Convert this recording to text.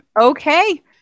Okay